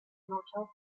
motile